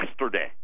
yesterday